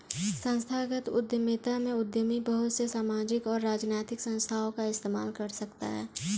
संस्थागत उद्यमिता में उद्यमी बहुत से सामाजिक और राजनैतिक संस्थाओं का इस्तेमाल कर सकता है